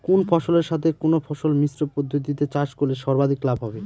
কোন ফসলের সাথে কোন ফসল মিশ্র পদ্ধতিতে চাষ করলে সর্বাধিক লাভ হবে?